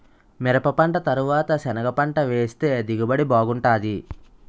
మిరపపంట తరవాత సెనగపంట వేస్తె దిగుబడి బాగుంటాది